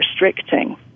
restricting